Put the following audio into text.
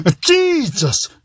Jesus